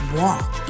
walk